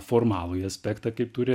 formalųjį aspektą kaip turi